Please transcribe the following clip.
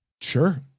Sure